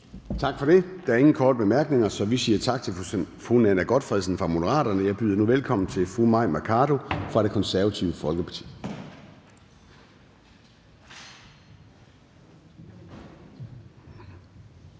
Tak for det. Der er ingen korte bemærkninger, så vi siger tak til fru Nanna W. Gotfredsen fra Moderaterne. Jeg byder nu velkommen til fru Mai Mercado fra Det Konservative Folkeparti. Kl.